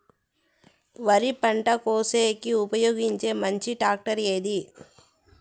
వరి పంట కోసేకి ఉపయోగించే మంచి టాక్టర్ ఏది?